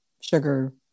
sugar